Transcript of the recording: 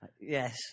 Yes